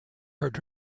heard